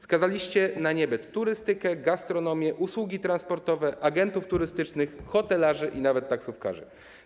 Skazaliście na niebyt turystykę, gastronomię, usługi transportowe, agentów turystycznych, hotelarzy, a nawet taksówkarzy.